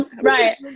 right